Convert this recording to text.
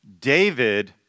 David